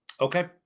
Okay